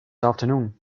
afternoon